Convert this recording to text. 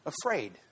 afraid